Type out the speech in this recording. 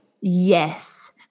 Yes